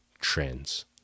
trends